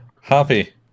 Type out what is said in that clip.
happy